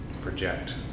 project